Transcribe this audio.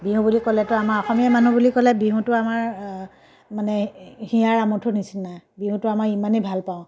বিহু বুলি ক'লেতো আমাৰ অসমীয়া মানুহ বুলি ক'লে বিহুটো আমাৰ মানে হিয়াৰ আমঠুৰ নিচিনা বিহুটো আমাৰ ইমানেই ভাল পাওঁ